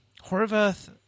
Horvath